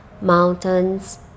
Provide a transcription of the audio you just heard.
Mountains